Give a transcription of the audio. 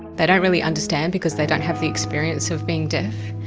they don't really understand because they don't have the experience of being deaf,